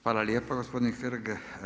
Hvala lijepo gospodine Hrg.